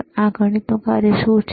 તો આ ગણિતનું કાર્ય શું છે